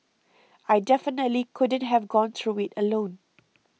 I definitely couldn't have gone through it alone